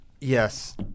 Yes